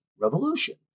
revolution